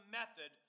method